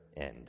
end